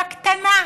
בקטנה,